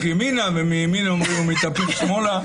ימינה ומימין אומרים הוא מתהפך שמאלה.